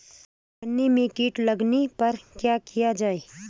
गन्ने में कीट लगने पर क्या किया जाये?